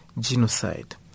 genocide